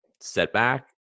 setback